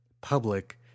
public